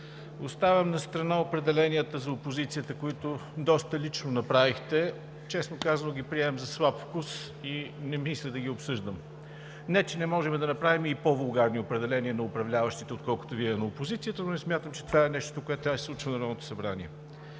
Оставам настрана определенията за опозицията, които доста лично направихте. Честно казано ги приемам за слаб вкус и не мисля да ги обсъждам. Не че не можем да направим и по-вулгарни определения на управляващите, отколкото Вие на опозицията, но не смятам, че това е нещото, което трябва да се случва в Народното събрание.